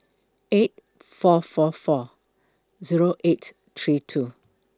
eight four four four Zero eight three two